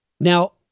Now